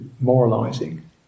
moralizing